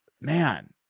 Man